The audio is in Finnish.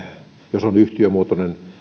jos on yhtiömuotoinen